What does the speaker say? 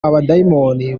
amadayimoni